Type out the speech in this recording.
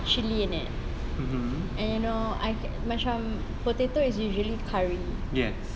chili in it and you know macam potato is usually curry